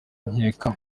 nkeka